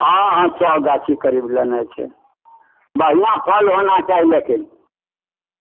हँ हँ सए गाछी करीब लेनाइ छै बढ़िआँ फल होना चाही लेकिन